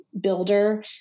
builder